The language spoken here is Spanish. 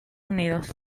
unidos